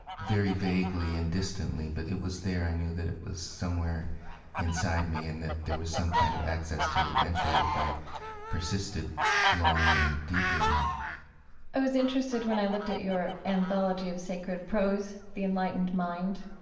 very vaguely and distantly, but it was there. i knew that it was somewhere inside me and that there was some kind of access to it eventually if i persisted long and deeply enough i was interested when i looked at your anthology of sacred prose, the enlightened mind,